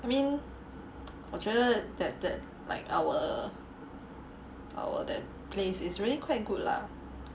I mean 我觉得 that that like our our that place is really quite good lah